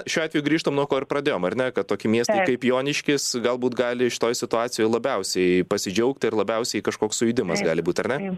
šiuo atveju grįžtam nuo ko ir pradėjom ar ne kad tokie miestai kaip joniškis galbūt gali šitoj situacijoj labiausiai pasidžiaugti ir labiausiai kažkoks sujudimas gali būt ar ne